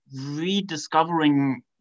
rediscovering